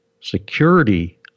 security